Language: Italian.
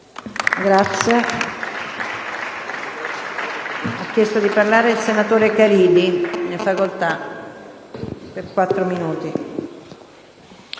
Grazie